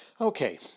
Okay